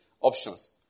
options